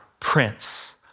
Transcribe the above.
Prince